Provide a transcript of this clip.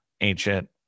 ancient